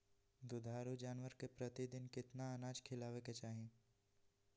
दुधारू जानवर के प्रतिदिन कितना अनाज खिलावे के चाही?